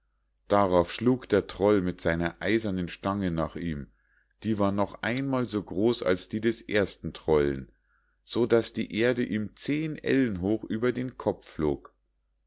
darauf schlug der troll mit seiner eisernen stange nach ihm die war noch einmal so groß als die des ersten trollen so daß die erde ihm zehn ellen hoch über den kopf flog